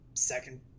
Second